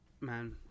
Man